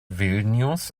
vilnius